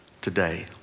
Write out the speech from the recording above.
today